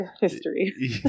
history